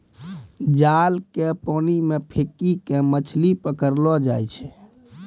जाल के पानी मे फेकी के मछली पकड़लो जाय छै